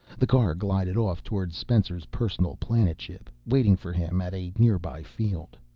the car glided off toward spencer's personal planetship, waiting for him at a nearby field.